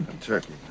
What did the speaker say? turkey